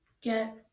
get